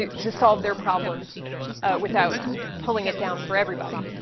to solve their problems without pulling it down for everybody.